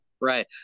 right